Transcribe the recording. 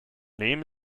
name